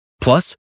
Plus